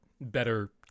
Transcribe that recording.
better